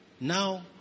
Now